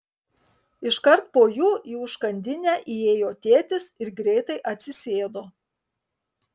iškart po jų į užkandinę įėjo tėtis ir greitai atsisėdo